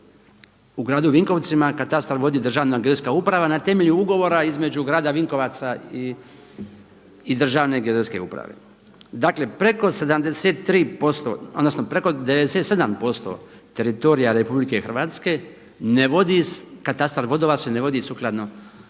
u gradu Vinkovcima katastar vodi Državna geodetska uprava na temelju ugovora između grada Vinkovaca i Državne geodetske uprave. Dakle preko 73%, odnosno preko 97% teritorija RH ne vodi, katastar vodova se ne vodi sukladno